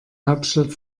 hauptstadt